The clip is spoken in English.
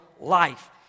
life